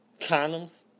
Condoms